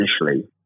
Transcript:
initially